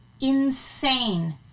insane